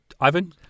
Ivan